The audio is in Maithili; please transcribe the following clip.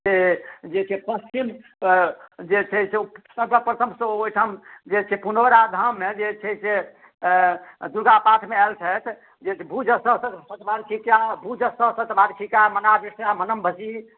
से जे छै पश्चिम जे छै से सर्वप्रथम ओ ओहिठाम जे छै पुनौरा धाममे जे छै से दुर्गा पाठमे आयल छथि जे भुजगश शतवार्षिका भुजगश शतवार्षिका मनावृष्टया मनम्भशि